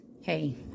Hey